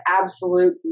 absolute